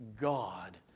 God